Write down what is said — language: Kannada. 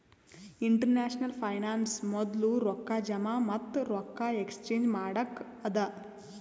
ಇಂಟರ್ನ್ಯಾಷನಲ್ ಫೈನಾನ್ಸ್ ಮೊದ್ಲು ರೊಕ್ಕಾ ಜಮಾ ಮತ್ತ ರೊಕ್ಕಾ ಎಕ್ಸ್ಚೇಂಜ್ ಮಾಡಕ್ಕ ಅದಾ